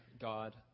God